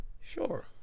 Sure